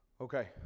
Okay